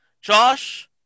Josh